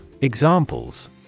Examples